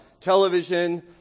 television